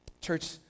Church